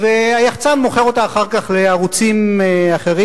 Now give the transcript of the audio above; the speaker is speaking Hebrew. והיחצן מוכר אותה אחר כך לערוצים אחרים,